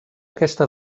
aquesta